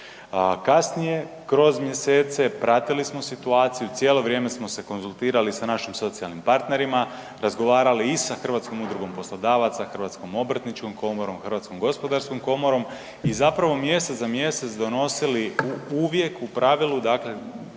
kasnije kroz mjesece pratili smo situaciju cijelo vrijeme smo se konzultirali sa našim socijalnim partnerima, razgovarali i sa Hrvatskom udrugom poslodavaca, Hrvatskom obrtničkom komorom, Hrvatskom gospodarskom komorom i zapravo mjesec za mjesec donosili uvijek u pravilu, dakle